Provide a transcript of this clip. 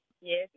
Yes